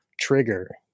trigger